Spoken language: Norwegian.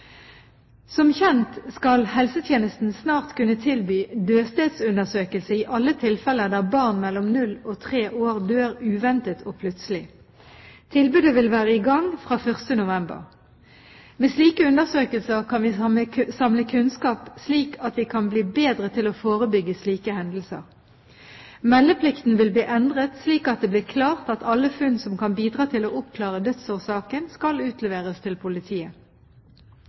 Som kjent skal helsetjenesten snart kunne tilby dødsstedsundersøkelse i alle tilfeller der barn mellom null og tre år dør uventet og plutselig. Tilbudet vil være i gang fra 1. november. Med slike undersøkelser kan vi samle kunnskap slik at vi kan bli bedre til å forebygge slike hendelser. Meldeplikten vil bli endret slik at det blir klart at alle funn som kan bidra til å oppklare dødsårsaken, skal utleveres til politiet.